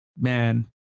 Man